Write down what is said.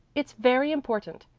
it's very important.